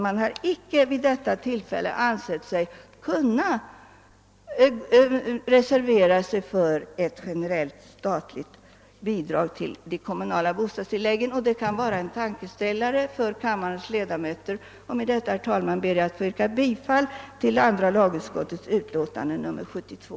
Man har alltså inte nu ansett sig kunna avge en reservation för ett generellt statligt bidrag till kommunala bostadstillägg. Det kan som sagt vara en tankeställare för kammarens ledamöter. Herr talman! Med det anförda ber jag att få yrka bifall till andra lagutskottets hemställan i förevarande utlåtande nr 72.